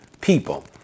people